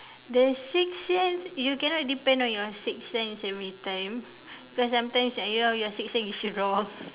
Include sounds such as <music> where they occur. the six sense you can not depend on your six sense every time cause sometimes I know your six sense is wrong <laughs>